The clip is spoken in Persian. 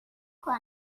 کنم